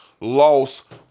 loss